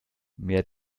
mehr